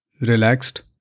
relaxed